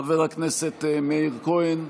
חבר הכנסת מאיר כהן,